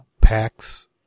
Packs